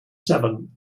seven